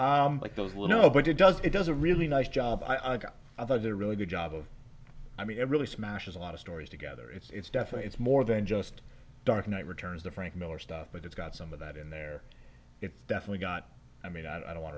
i like those little no but it does it does a really nice job i got i thought it a really good job of i mean it really smashes a lot of stories together it's definitely more than just dark knight returns the frank miller stuff but it's got some of that in there it's definitely got i mean i don't want